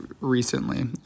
recently